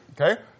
okay